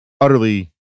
utterly